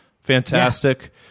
fantastic